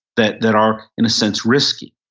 that that are in a sense risky.